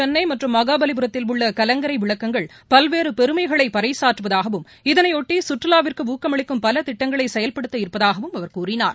சென்னைமற்றும் மகாபலிபுரத்தில் உள்ளகலங்கரைவிளக்கங்கள் தமிழ்நாட்டில் பல்வேறு பெருமைகளைபறைசாற்றுவதாகவும் இதனையொட்டிசுற்றுவாவிற்குஊக்கமளிக்கும் பலதிட்டங்களைசெயல்படுத்த இருப்பதாகவும் அவர் கூறினார்